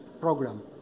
program